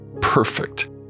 perfect